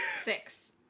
Six